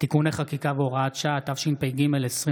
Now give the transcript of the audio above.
הצעת חוק לעניין ועדות הכנסת (תיקוני חקיקה והוראת שעה) התשפ"ג 2023,